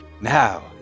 Now